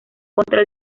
contra